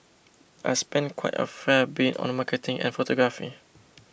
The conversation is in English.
I spend quite a fair bit on marketing and photography